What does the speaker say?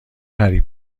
هری